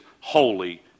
Holy